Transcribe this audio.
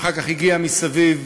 אחר כך הגיעה מסביב,